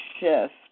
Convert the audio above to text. shift